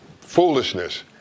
foolishness